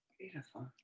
Beautiful